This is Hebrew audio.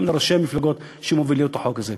גם לראשי המפלגות שמובילים את החוק הזה.